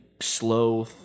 slow